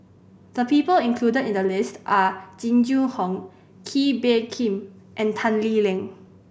the people included in the list are Jing Jun Hong Kee Bee Khim and Tan Lee Leng